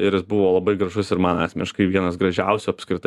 ir jis buvo labai gražus ir man asmeniškai vienas gražiausių apskritai